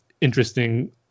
interesting